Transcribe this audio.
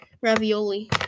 ravioli